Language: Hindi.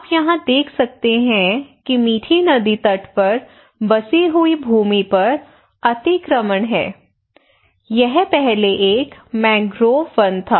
आप यहाँ देख सकते हैं कि मीठी नदी तट पर बसी हुई भूमि पर अतिक्रमण है यह पहले एक मैंग्रोव वन था